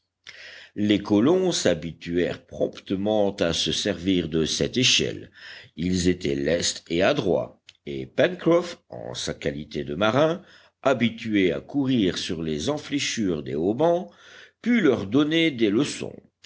les colons s'habituèrent promptement à se servir de cette échelle ils étaient lestes et adroits et pencroff en sa qualité de marin habitué à courir sur les enfléchures des haubans put leur donner des leçons